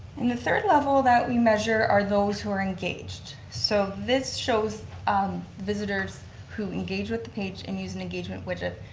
and the third level that we measure are those who are engaged. so this shows um visitors who engage with the page and use an engagement widget.